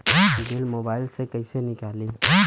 Bill mobile से कईसे निकाली?